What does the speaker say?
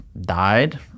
died